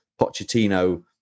Pochettino